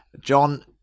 John